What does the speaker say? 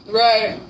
right